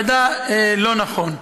המידע לא נכון.